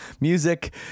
music